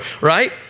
right